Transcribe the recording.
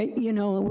you know,